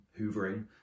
hoovering